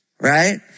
Right